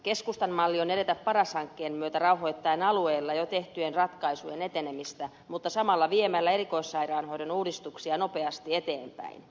keskustan malli on edetä paras hankkeen myötä rauhoittaen alueilla jo tehtyjen ratkaisujen etenemistä mutta samalla viemällä erikoissairaanhoidon uudistuksia nopeasti eteenpäin